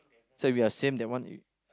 so we're same that one